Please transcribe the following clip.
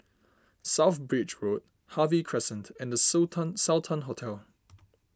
South Bridge Road Harvey Crescent and the so tan Sultan Hotel